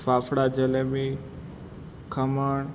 fafda jalebi khaman